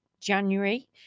January